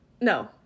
No